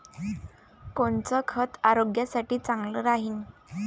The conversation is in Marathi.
कोनचं खत आरोग्यासाठी चांगलं राहीन?